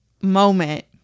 moment